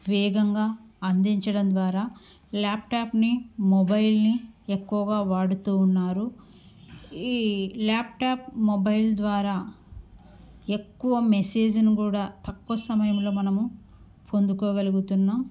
వేగంగా అందించడం ద్వారా ల్యాప్టాప్ని మొబైల్ని ఎక్కువగా వాడుతు ఉన్నారు ఈ ల్యాప్టాప్ మొబైల్ ద్వారా ఎక్కువ మెసేజ్ను కూడా తక్కువ సమయంలో మనము పొందుగలుగుతున్నాం